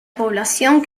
población